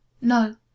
no